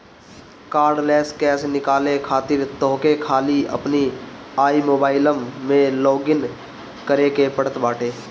cardless cash निकाले खातिर तोहके खाली अपनी आई मोबाइलम में लॉगइन करे के पड़त बाटे